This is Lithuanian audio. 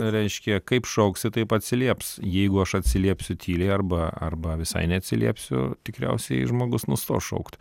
reiškia kaip šauksi taip atsilieps jeigu aš atsiliepsiu tyliai arba arba visai neatsiliepsiu tikriausiai žmogus nustos šaukt